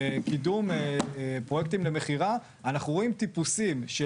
בקידום פרויקטים למכירה אנחנו רואים טיפוסים של